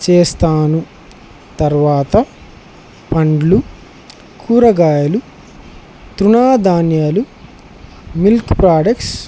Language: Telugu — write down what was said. చేస్తాను తరువాత పండ్లు కూరగాయలు తృణ ధాన్యాలు మిల్క్ ప్రోడక్ట్స్